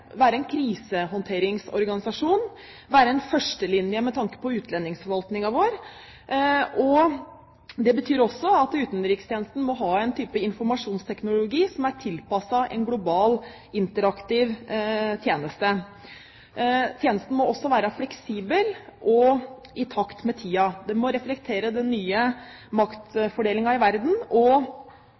være en krisehåndteringsorganisasjon, være en førstelinje med tanke på utlendingsforvaltningen vår. Det betyr også at utenrikstjenesten må ha en type informasjonsteknologi som er tilpasset en global interaktiv tjeneste. Tjenesten må også være fleksibel og i takt med tiden. Den må reflektere den nye maktfordelingen i verden og ta opp i seg at Norge også har nye næringsinteresser og